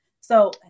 So-